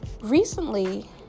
recently